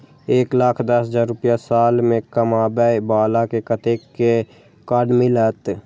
एक लाख दस हजार रुपया साल में कमाबै बाला के कतेक के कार्ड मिलत?